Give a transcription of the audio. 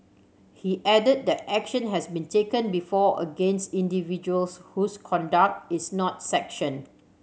he added that action has been taken before against individuals whose conduct is not sanctioned